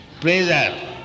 pleasure